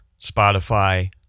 Spotify